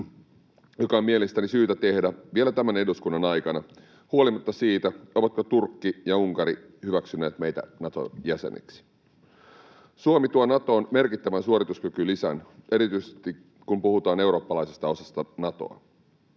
joka on mielestäni syytä tehdä vielä tämän eduskunnan aikana huolimatta siitä, ovatko Turkki ja Unkari hyväksyneet meitä Naton jäseneksi. Suomi tuo Natoon merkittävän suorituskykylisän erityisesti, kun puhutaan eurooppalaisista osista Natoa.